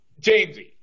Jamesy